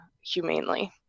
humanely